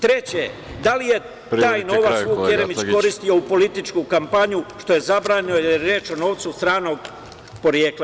Treće, da li je taj novac Vuk Jeremić koristio za političku kampanju, što je zabranjeno, jer je reč o novcu stranog porekla?